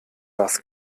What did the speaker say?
was